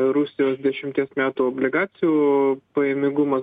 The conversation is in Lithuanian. rusijos dešimties metų obligacijų pajamingumas